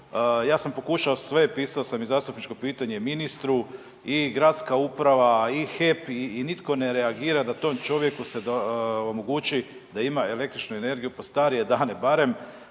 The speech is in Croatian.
Ja sam pokušao sve, pisao sam i zastupničko pitanje ministru i gradska uprava i HEP i nitko ne reagira da tom čovjeku se omogući da ima električnu energiju pod starije dane, barem